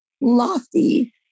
lofty